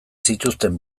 zituzten